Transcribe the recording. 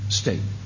state